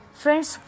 Friends